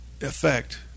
effect